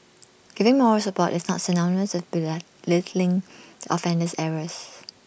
giving moral support is not synonymous with belay offender's errors